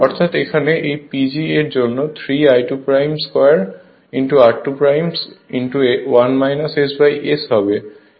অর্থাৎ এখানে এই PG এর জন্য 3I2 2 r2 S হবে